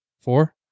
four